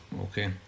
okay